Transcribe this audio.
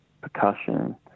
percussion